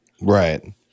Right